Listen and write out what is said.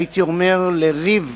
הייתי אומר, לריב